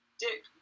Dick